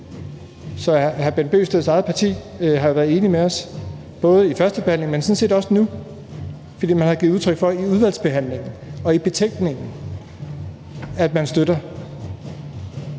Så hr. Bent Bøgsteds eget parti har jo været enige med os, både under førstebehandlingen, men sådan set også nu, fordi man i udvalgsbehandlingen og i betænkningen har givet